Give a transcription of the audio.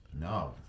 No